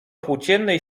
płóciennej